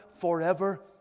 forever